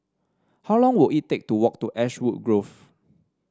how long will it take to walk to Ashwood Grove